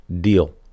deal